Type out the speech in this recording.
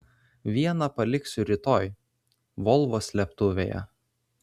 vieną paliksiu rytoj volvo slėptuvėje